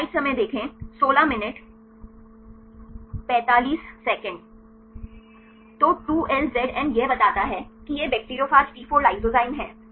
तो 2LZM यह बताता है है कि यह बैक्टीरियोफेज टी 4 लाइसोजाइम है